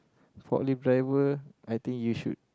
forklift driver I think you should